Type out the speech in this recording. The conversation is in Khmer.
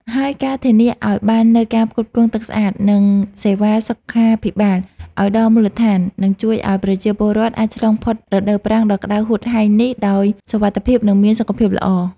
ហើយការធានាឱ្យបាននូវការផ្គត់ផ្គង់ទឹកស្អាត និងសេវាសុខាភិបាលឱ្យដល់មូលដ្ឋាន នឹងជួយឱ្យប្រជាពលរដ្ឋអាចឆ្លងផុតរដូវប្រាំងដ៏ក្ដៅហួតហែងនេះដោយសុវត្ថិភាព និងមានសុខភាពល្អ។